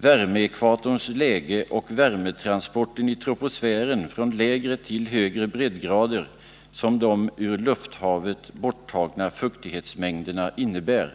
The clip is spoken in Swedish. värmeekvatorns läge och värmetransporten i troposfären från lägre till högre breddgrader som de ur lufthavet borttagna fuktighetsmängerna innebär.